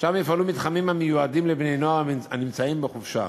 שם יפעלו מתחמים המיועדים לבני-נוער הנמצאים בחופשה.